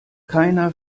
keiner